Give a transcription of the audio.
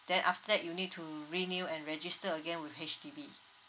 then after that you need to renew and register again with H_D_B